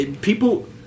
people